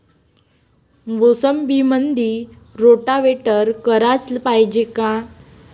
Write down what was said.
मोसंबीमंदी रोटावेटर कराच पायजे का?